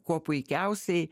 kuo puikiausiai